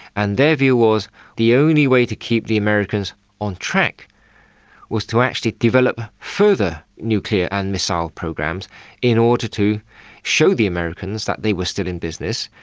and their view was the only way to keep the americans on track was to actually develop further nuclear and missile programs in order to show the americans that they were still in business,